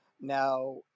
now